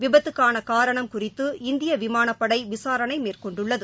விபத்துக்கானகாரணம் குறித்து இந்தியவிமானப் படைவிசாரணைமேற்கொண்டுள்ளது